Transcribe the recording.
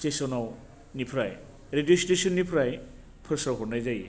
स्टेसननाव निफ्राय रेडिअ स्टेसननिफ्राय फोसावहरनाय जायो